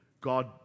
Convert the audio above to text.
God